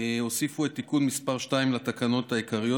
הוסיפו את תיקון מס' 2 לתקנות העיקריות.